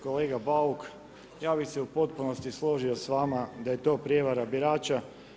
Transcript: Kolega Bauk, ja bih se u potpunosti složio s vama da je to prijevara birača.